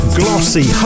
glossy